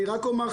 אני רק אומר,